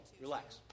Relax